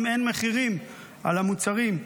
ואין מחירים על המוצרים?